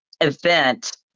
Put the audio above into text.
event